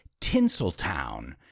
Tinseltown